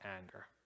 anger